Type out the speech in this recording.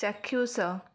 ଚାକ୍ଷୁଷ